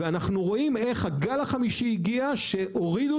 ואנחנו רואים איך הגל החמישי הגיע שהורידו